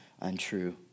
untrue